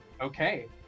Okay